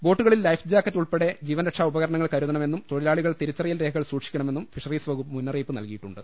ബോട്ടുകളിൽ life jacket ഉൾപ്പെടെ ജീവൻരക്ഷാഉപകരണങ്ങൾ കരുതണമെന്നും തൊഴിലാളികൾ തിരിച്ചറിയൽ രേഖകൾ സൂക്ഷണമെന്നും ഫിഷറീസ് വകുപ്പ് മുന്നറിയിപ്പ് നൽകിയിട്ടുണ്ട്